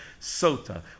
Sota